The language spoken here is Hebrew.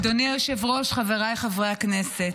אדוני היושב-ראש, חבריי חברי הכנסת,